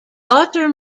daughter